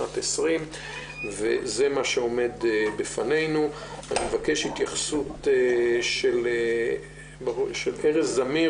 2020. זה מה שעומד בפנינו ואני מבקש התייחסות של ארז זמיר,